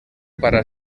para